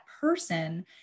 person